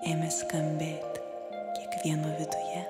ėmė skambėt kiekvieno viduje